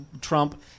Trump